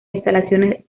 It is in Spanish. instalaciones